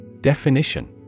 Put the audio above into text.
Definition